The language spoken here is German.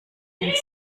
mit